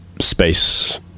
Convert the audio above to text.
space